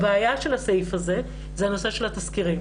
הבעיה של הסעיף הזה זה הנושא של התסקירים,